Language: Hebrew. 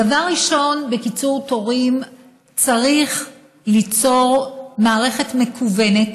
דבר ראשון, בקיצור תורים צריך ליצור מערכת מקוונת,